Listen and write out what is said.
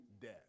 death